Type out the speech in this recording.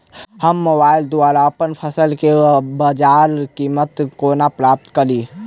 हम मोबाइल द्वारा अप्पन फसल केँ बजार कीमत कोना प्राप्त कड़ी?